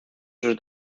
sus